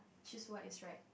choose what is right